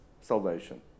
salvation